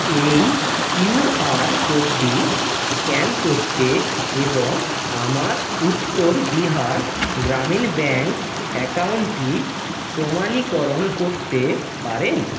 এই কিউআর কোডটি স্ক্যান করতে এবং আমার উত্তর বিহার গ্রামীণ ব্যাঙ্ক অ্যাকাউন্টটি প্রমাণীকরণ করতে পারেন